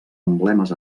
emblemes